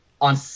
on